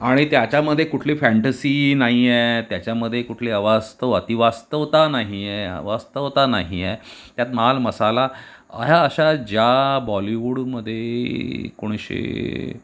आणि त्याच्यामध्ये कुठली फँटसी नाही आहे त्याच्यामध्ये कुठली अवास्तव अतिवास्तवता नाही आहे अवास्तवता नाही आहे त्यात मालमसाला ह्या अशा ज्या बॉलिवूडमध्ये एकोणीसशे